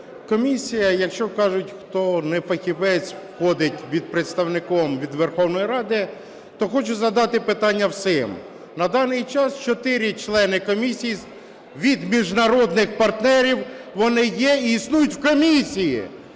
комісія, якщо кажуть, хто не фахівець, входить представником від Верховної Ради, то хочу задати питання всім. На даний час 4 члени комісії від міжнародних партнерів, вони є і існують в комісії.